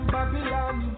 Babylon